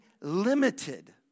limited